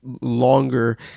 longer